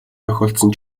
тохиолдсон